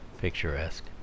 picturesque